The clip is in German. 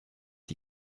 die